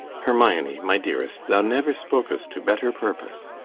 hermione, my dearest, thou never spok'st to better purpose.